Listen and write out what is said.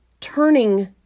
turning